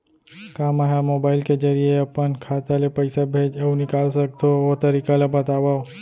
का मै ह मोबाइल के जरिए अपन खाता ले पइसा भेज अऊ निकाल सकथों, ओ तरीका ला बतावव?